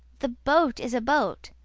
the boat is a boat,